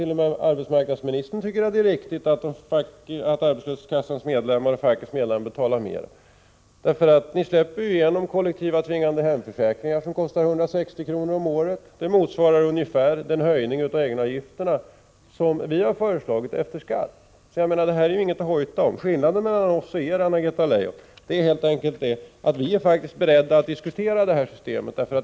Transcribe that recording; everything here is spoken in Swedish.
T.o.m. arbetsmarknadsministern tycker att det är riktigt att arbetslöshetskassans medlemmar faktiskt redan betalar mera. Ni släpper ju igenom kollektiva, tvingande hemförsäkringar som kostar 160 kr. om året. Det motsvarar ungefär den höjning av egenavgifterna som vi har föreslagit efter skatt. Det är alltså inget att hojta om. Skillnaden mellan oss och er, Anna-Greta Leijon, är helt enkelt att vi är beredda att diskutera det här systemet.